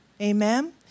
amen